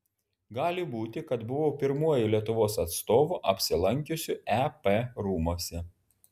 gali būti kad buvau pirmuoju lietuvos atstovu apsilankiusiu ep rūmuose